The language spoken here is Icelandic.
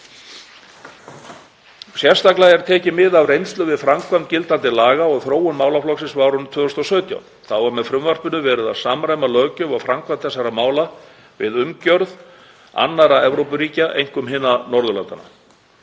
Sérstaklega er tekið mið af reynslu við framkvæmd gildandi laga og þróun málaflokksins frá árinu 2017. Þá er með frumvarpinu verið að samræma löggjöf og framkvæmd þessara mála við umgjörð annarra Evrópuríkja, einkum hinna Norðurlandanna.